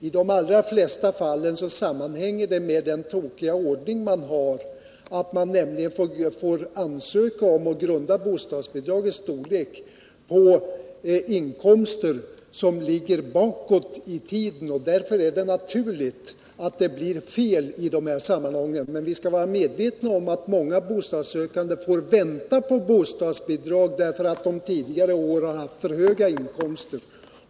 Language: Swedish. I de allra flesta fall sammanhänger felaktigheterna med den tokiga ordning som vi har, att man får ansöka om och grunda bostadsbidragets storlek på inkomster som ligger bakåt i tiden. Det är därför inte underligt att det blir fel. Vi skall också vara medvetna om att många bidragsberättigade får vänta på bostadsbidrag, därför att de tidigare år haft för höga inkomster.